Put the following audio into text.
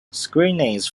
screenings